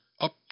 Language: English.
up